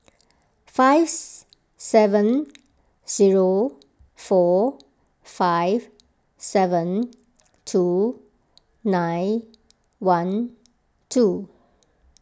fives seven zero four five seven two nine one two